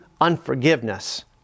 unforgiveness